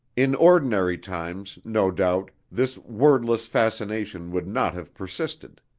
in ordinary times, no doubt, this wordless fascination would not have persisted.